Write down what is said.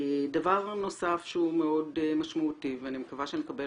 דבר נוסף שהוא מאוד משמעותי ואני מקווה שנקבל